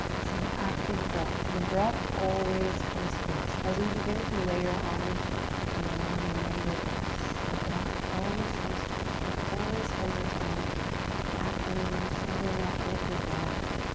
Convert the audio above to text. so active breath. the breath always comes first. as we begin to layer on more, remember this. the breath always comes first. you can always spend your time activating, snuggling up with your breath.